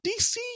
DC